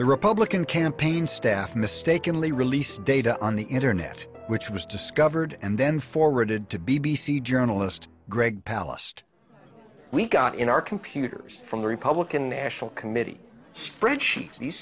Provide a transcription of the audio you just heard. the republican campaign staff mistakenly released data on the internet which was discovered and then forwarded to b b c journalist greg palast we got in our computers from the republican national committee spreadsheets the